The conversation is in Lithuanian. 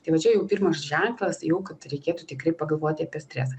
tai va čia jau pirmas ženklas jau kad reikėtų tikrai pagalvoti apie stresą